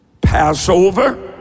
Passover